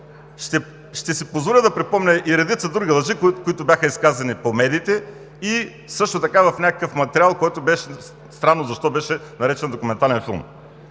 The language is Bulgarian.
ще си позволя да припомня и редица други лъжи, които бяха изказани по медиите, и също така в някакъв материал, който странно защо беше наречен „Документален филм“.